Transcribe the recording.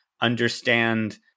understand